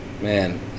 Man